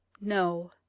No